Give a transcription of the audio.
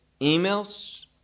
emails